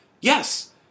yes